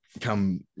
come